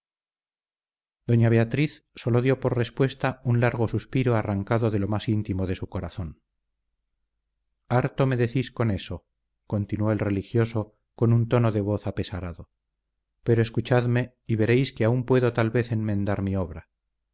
doña beatriz sólo dio por respuesta un largo suspiro arrancado de lo más íntimo de su corazón harto me decís con eso continuó el religioso con un tono de voz apesarado pero escuchadme y veréis que aún puedo tal vez enmendar mi obra